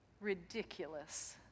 ridiculous